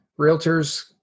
Realtors